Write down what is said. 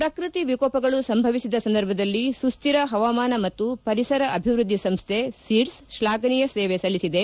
ಪ್ರಕೃತಿ ವಿಕೋಪಗಳು ಸಂಭವಿಸಿದ ಸಂದರ್ಭದಲ್ಲಿ ಸುಸ್ಟಿರ ಹವಾಮಾನ ಮತ್ತು ಪರಿಸರ ಅಭಿವ್ಯದ್ದಿ ಸಂಸ್ವೆ ಸೀಡ್ಸ್ ಶ್ಲಾಘನೀಯ ಸೇವೆ ಸಲ್ಲಿಸಿದೆ